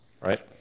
right